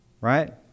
Right